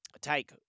take